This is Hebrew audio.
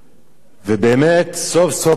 ובאמת סוף-סוף החלום התגשם.